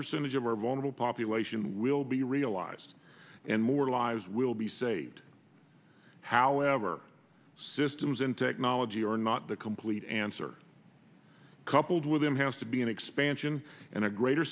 percentage of our vulnerable population will be realized and more lives will be saved however systems in technology are not the complete answer coupled with them has to be an expansion and a greater